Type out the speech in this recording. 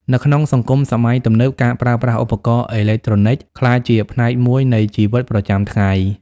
នៅក្នុងសង្គមសម័យទំនើប ការប្រើប្រាស់ឧបករណ៍អេឡិចត្រូនិចក្លាយជាផ្នែកមួយនៃជីវិតប្រចាំថ្ងៃ។